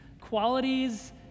qualities